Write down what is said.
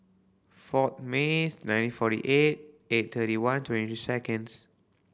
four May nineteen forty eight eight thirty one twenty seconds